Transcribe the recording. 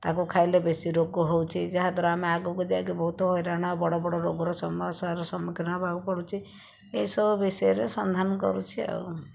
ତାକୁ ଖାଇଲେ ବେଶି ରୋଗ ହେଉଛି ଯାହାଦ୍ଵାରା ଆମେ ଆଗକୁ ଯାଇକି ବହୁତ ହଇରାଣ ଓ ବଡ଼ବଡ଼ ରୋଗର ସମସ୍ୟାର ସମ୍ମୁଖିନ ହେବାକୁ ପଡ଼ୁଛି ଏହିସବୁ ବିଷୟରେ ସନ୍ଧାନ କରୁଛି ଆଉ